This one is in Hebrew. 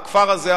הכפר הזה,